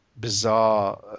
bizarre